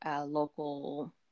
local